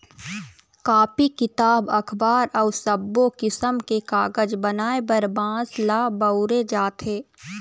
copy, किताब, अखबार अउ सब्बो किसम के कागज बनाए बर बांस ल बउरे जाथे